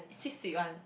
sweet sweet [one]